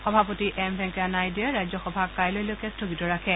সভাপতি এম ভেংকায়া নাইড়ৱে ৰাজ্যসভা কাইলৈ লৈকে স্থগিত ৰাখে